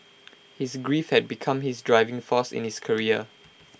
his grief had become his driving force in his career